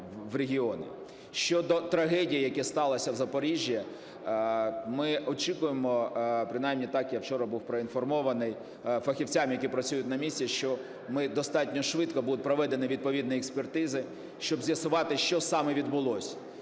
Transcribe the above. Щодо трагедії, яка сталася в Запоріжжі. Ми очікуємо, принаймні так я був вчора проінформований фахівцями, які працюють на місці, що достатньо швидко будуть проведені відповідні експертизи, щоб з'ясувати, що саме відбулося.